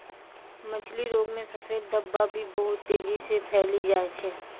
मछली रोग मे सफेद धब्बा भी बहुत तेजी से फैली जाय छै